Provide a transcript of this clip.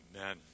Amen